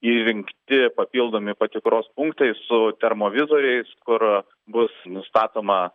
įrengti papildomi patikros punktai su termovizoriais kur bus nustatoma